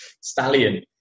stallion